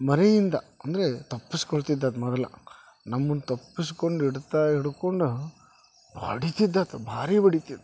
ಮರೆಯಿಂದ ಅಂದರೆ ತಪ್ಪಿಸಿಕೊಳ್ತಿದ್ದ ಮೊದಲು ನಮ್ಮನ್ನು ತಪ್ಪಿಸ್ಕೊಂಡು ಹಿಡ್ತಾ ಹಿಡಕೊಂಡು ಹೊಡಿತಿದ್ದ ಆತ ಭಾರಿ ಹೊಡಿತಿದ್ದ